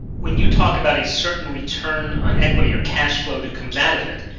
when you talk about a certain return on equity or cash flow that comes out of it,